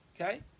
okay